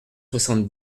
soixante